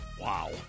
Wow